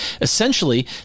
Essentially